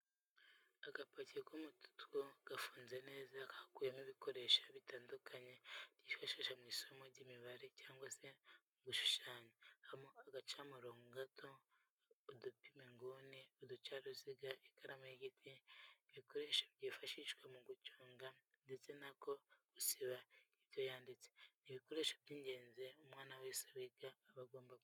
Agapaki k'umutuku gafunze neza kakuwemo ibikoresho bitandukanye byifashishwa mu isomo ry'imibare cyangwa se mu gushushanya habamo agacamurongo gato, udupima inguni, uducaruziga, ikaramu y'igiti n'agakoresho kifashishwa mu kuyiconga ndetse n'ako gusiba ibyo yanditse, ni ibikoresho by'ingenzi umwana wese wiga aba agomba kugira.